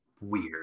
weird